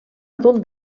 adult